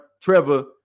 Trevor